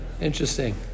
Interesting